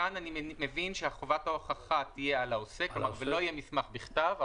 כאן אני מבין שחובת ההוכחה תהיה על העוסק ולא יהיה מסמך בכתב.